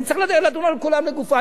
אני צריך לדון על כולם לגופם.